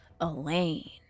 Elaine